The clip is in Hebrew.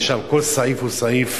ושם כל סעיף הוא סעיף